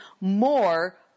more